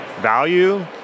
value